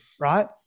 right